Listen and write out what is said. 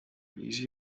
easy